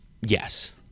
yes